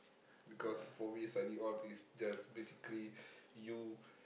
because for me study all these just basically you